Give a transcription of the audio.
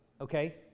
okay